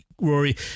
Rory